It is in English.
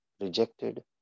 rejected